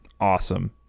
awesome